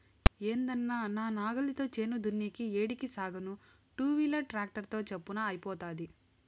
ఏందన్నా నా నాగలితో చేను దున్నేది ఏడికి సాగేను టూవీలర్ ట్రాక్టర్ తో చప్పున అయిపోతాది